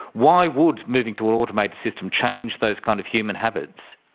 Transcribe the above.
why would moving to an automated system change those kind of human habits?